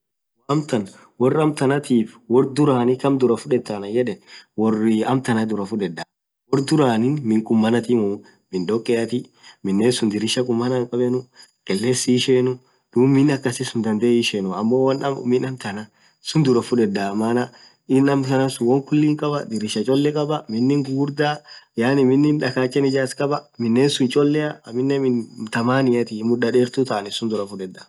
amtan worr amtantif worr dhurani kaaam dhuraa fudhetha Annan yedhe worr amtan dhurah fudheda worr dhurani miin khumanithimu miin dhokeathi minen suun dirisha khumana hinkhaabenu qiles hishenuu dhub miin akasisun dhadhe hishenuu ammo won akhaa miin amtan suun dhuraa fudhedha maaana miin amtan suun won khulii hinkhabaa dirisha cholee khabaah min ghurghurdha yaani min dhakachan ijarss khabaa minen suun cholea aminen mii thaamniathii mudhaa dherthu thaa